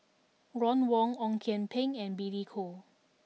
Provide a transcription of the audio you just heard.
Ron Wong Ong Kian Peng and Billy Koh